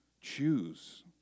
Choose